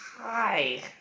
Hi